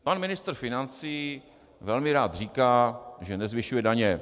Pan ministr financí velmi rád říká, že nezvyšuje daně.